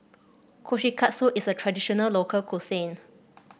kushikatsu is a traditional local cuisine